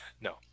No